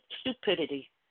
stupidity